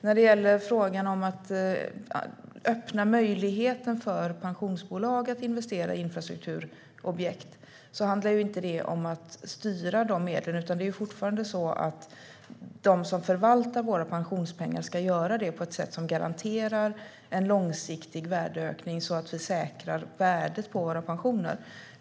När det gäller frågan om att öppna möjligheten för pensionsbolag att investera i infrastrukturobjekt handlar det inte om att styra medlen, utan det är fortfarande så att de som förvaltar våra pensionspengar ska göra det på ett sätt som garanterar en långsiktig värdeökning så att vi säkrar värdet på våra pensioner.